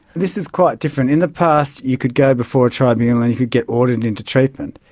this is quite different. in the past you could go before a tribunal and you could get ordered into treatment,